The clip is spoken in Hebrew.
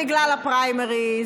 בגלל הפריימריז,